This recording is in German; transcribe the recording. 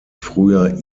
früher